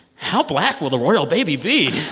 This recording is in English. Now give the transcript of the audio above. how black will the royal baby be?